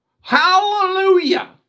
Hallelujah